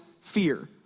fear